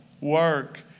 work